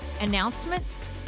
announcements